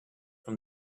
from